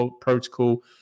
protocol